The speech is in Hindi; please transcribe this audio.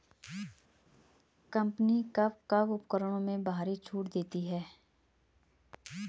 कंपनी कब कब उपकरणों में भारी छूट देती हैं?